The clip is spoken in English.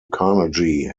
carnegie